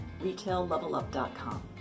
retaillevelup.com